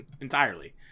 entirely